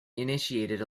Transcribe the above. initiated